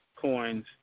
coins